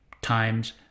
times